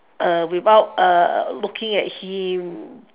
uh without uh looking at him